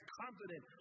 confident